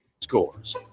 scores